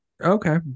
okay